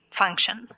function